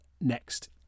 next